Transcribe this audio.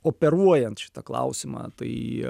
operuojant šitą klausimą tai